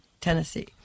Tennessee